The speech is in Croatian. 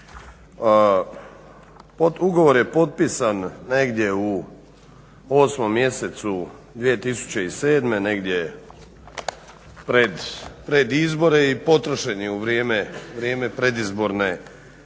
Ugovor je potpisan negdje u 8. mjesecu 2007., negdje pred izbore i potrošen je u vrijeme tada predizborne